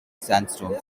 sandstone